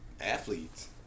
athletes